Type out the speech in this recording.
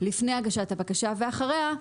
לפני הגשת הבקשה ואחריה,